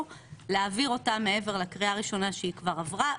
להעביר אותה מעבר לקריאה הראשונה שהיא כבר עברה,